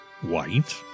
White